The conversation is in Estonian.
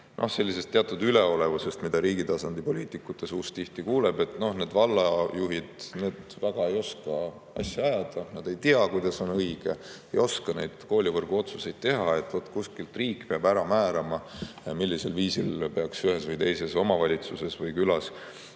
sellisest teatud üleolevast [suhtumisest], mida riigi tasandi poliitikute puhul tihti [tunda on]: et noh, need vallajuhid, need väga ei oska asja ajada, nad ei tea, kuidas on õige, ei oska neid koolivõrguotsuseid teha. Vaat kuskilt maalt riik peab määrama, millisel viisil peaks ühes või teises omavalitsuses või külas